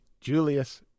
Julius